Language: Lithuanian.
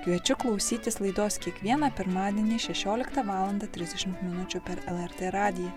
kviečiu klausytis laidos kiekvieną pirmadienį šešioliktą valandą trisdešimt minučių per lrt radiją